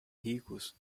ricos